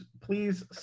please